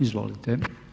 Izvolite.